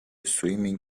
swimming